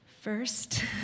First